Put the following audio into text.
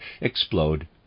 explode